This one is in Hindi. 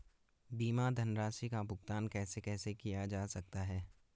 बीमा धनराशि का भुगतान कैसे कैसे किया जा सकता है?